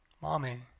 Mommy